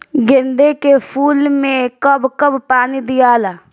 गेंदे के फूल मे कब कब पानी दियाला?